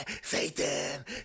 Satan